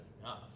enough